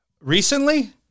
Recently